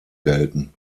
gelten